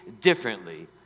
differently